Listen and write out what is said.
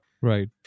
Right